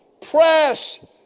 Press